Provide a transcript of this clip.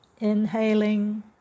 inhaling